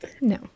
no